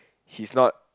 he's not